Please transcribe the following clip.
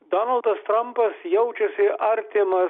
donaldas trampas jaučiasi artimas